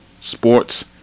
sports